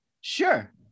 Sure